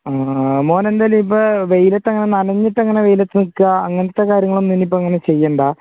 ആ മോൻ എന്തായാലും ഇപ്പോൾ വെയിലത്ത് അങ്ങനെ നനഞ്ഞിട്ടങ്ങനെ വെയിലത്ത് നിൽക്കുക അങ്ങനെത്തെ കാര്യങ്ങളൊന്നും ഇനിയിപ്പോൾ അങ്ങനെ ചെയ്യേണ്ട